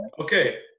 Okay